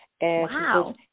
Wow